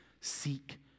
seek